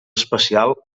especial